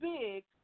big